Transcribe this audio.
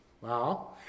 wow